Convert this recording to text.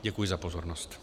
Děkuji za pozornost.